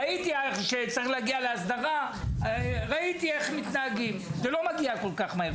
ראיתי שכשצריך להגיע להסדרה איך מתנהגים זה לא מגיע כל כך מהר.